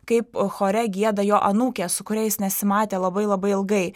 kaip chore gieda jo anūkė su kuria jis nesimatė labai labai ilgai